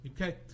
Okay